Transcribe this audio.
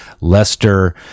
Leicester